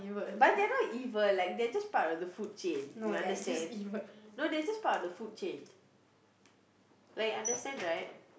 but they're not evil like they're just part of the food chain you understand no they're just part of the food chain like understand right